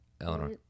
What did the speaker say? Eleanor